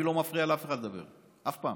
אני לא מפריע לאף אחד לדבר אף פעם.